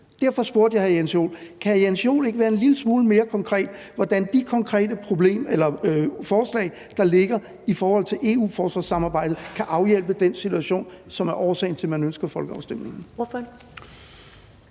Derfor spurgte jeg hr. Jens Joel: Kan hr. Jens Joel ikke være en lille smule mere konkret om, hvordan de konkrete forslag i forhold til EU-forsvarssamarbejdet, der ligger, kan afhjælpe den situation, som er årsagen til, at man ønsker folkeafstemningen?